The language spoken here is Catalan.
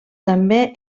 també